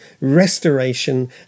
restoration